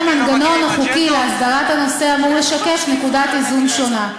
כסף פרטי לא מגיע עם אג'נדות?